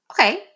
Okay